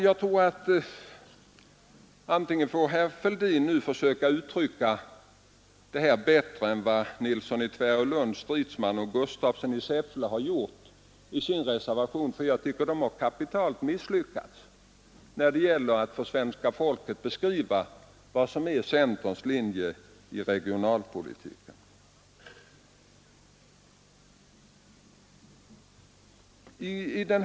Jag tror att herr Fälldin nu får försöka uttrycka denna tankegång litet bättre än vad herr Nilsson i Tvärålund, herr Stridsman och herr Gustafsson i Säffle har gjort i sin reservation, ty de har misslyckats kapitalt med att för svenska folket beskriva vad som är centerns linje i regionalpolitiken.